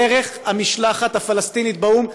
דרך המשלחת הפלסטינית באו"ם,